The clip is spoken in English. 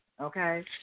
okay